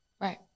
Right